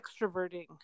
extroverting